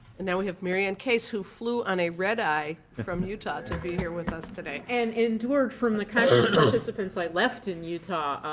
and now we have mary anne case, who flew on a red-eye from utah to be here with us today. and endured from the kind of participants i left in utah.